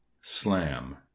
slam